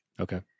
okay